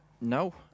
No